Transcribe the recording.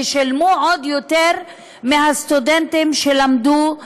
ושילמו עוד יותר מהסטודנטים שלמדו בארץ.